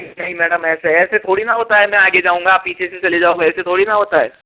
नहीं मैडम ऐसे ऐसे थोड़ी न होता है मैं आगे जाऊंगा आप पीछे से चले जाओगे ऐसे थोड़ी न होता है